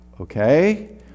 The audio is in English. Okay